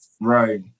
Right